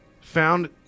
Found